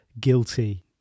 guilty